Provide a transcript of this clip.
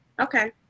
Okay